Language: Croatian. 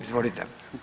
Izvolite.